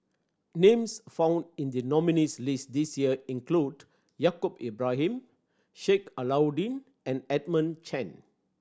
names found in the nominees' list this year include Yaacob Ibrahim Sheik Alau'ddin and Edmund Chen